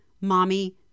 mommy